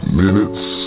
minutes